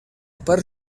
part